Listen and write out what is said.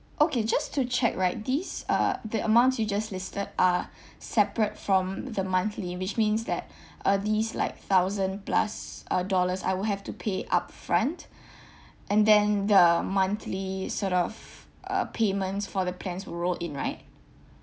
okay just to check right these uh the amounts you just listed are separate from the monthly which means that uh these like thousand plus uh dollars I will have to pay upfront and then the monthly sort of uh payments for the plans will roll in right